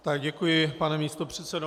Tak děkuji, pane místopředsedo.